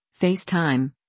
FaceTime